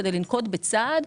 כדי לנקוט בצעד,